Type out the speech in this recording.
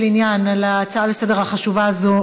עניין על ההצעה לסדר-היום החשובה הזאת,